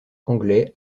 anglais